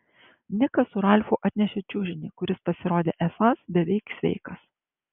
nikas su ralfu atnešė čiužinį kuris pasirodė esąs beveik sveikas